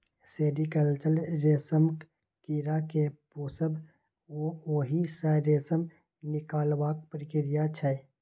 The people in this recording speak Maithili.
सेरीकल्चर रेशमक कीड़ा केँ पोसब आ ओहि सँ रेशम निकालबाक प्रक्रिया छै